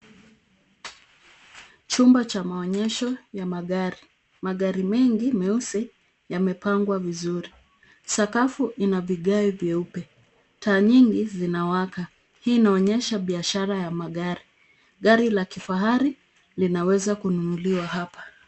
Chumba cha maonyesho ya magari. Magari mengi meusi yamepangwa vizuri. Sakafu ina vigae vyeusi. Taa nyingi zinawaka. Hii inaonyesha biashara ya magari. Gari la kifahari linaweza kununuliwa hapa.